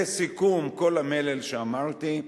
לסיכום כל המלל שאמרתי,